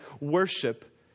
worship